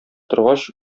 торгач